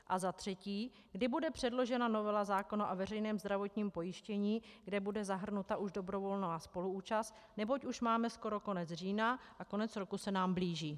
A za třetí, kdy bude předložena novela zákona o veřejném zdravotním pojištění, kde bude zahrnuta už dobrovolná spoluúčast, neboť už máme skoro konec října a konec roku se nám blíží.